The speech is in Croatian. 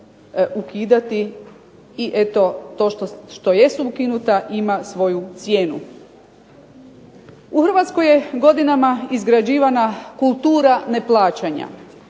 ukidati i eto to što jesu ukinuta ima svoju cijenu. U Hrvatskoj je godinama izgrađivana kultura neplaćanja